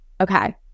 okay